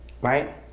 right